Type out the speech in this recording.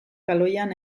kaloian